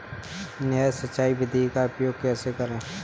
नहर सिंचाई विधि का उपयोग कैसे करें?